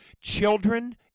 children